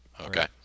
Okay